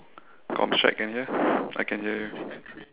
comms check can hear I can hear you